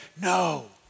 No